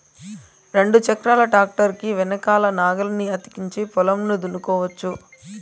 రెండు చక్రాల ట్రాక్టర్ కి వెనకల నాగలిని అతికించి పొలంను దున్నుకోవచ్చు